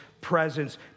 presence